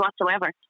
whatsoever